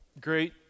Great